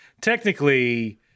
Technically